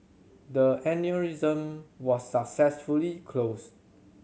the aneurysm was successfully closed